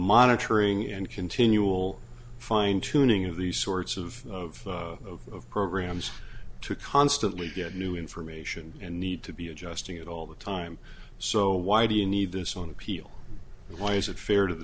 monitoring and continual fine tuning of these sorts of programs to constantly get new information and need to be adjusting it all the time so why do you need this on appeal why is it fair to the